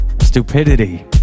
stupidity